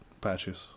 patches